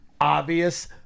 obvious